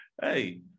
Hey